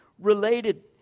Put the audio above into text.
related